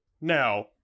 Now